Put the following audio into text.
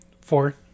Four